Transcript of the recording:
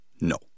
No